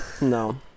No